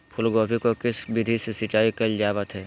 फूलगोभी को किस विधि से सिंचाई कईल जावत हैं?